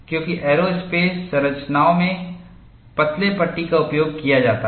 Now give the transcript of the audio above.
क्योंकि एयरोस्पेस संरचनाओं में पतले पट्टी का उपयोग किया जाता है